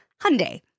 Hyundai